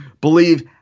believe